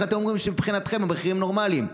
איך אתם אומרים שמבחינתכם המחירים נורמליים?